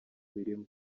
birimo